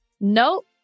Nope